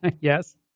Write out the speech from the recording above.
Yes